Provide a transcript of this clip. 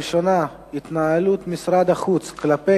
הנושא הראשון: התנהלות משרד החוץ כלפי